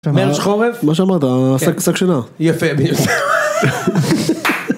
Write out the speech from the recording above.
מה שאמרת שק שינה, יפה.